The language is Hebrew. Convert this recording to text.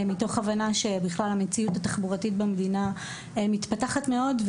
מתוך הבנה שבכלל המציאות התחבורתית במדינה מתפתחת מאוד,